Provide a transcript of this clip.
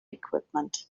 equipment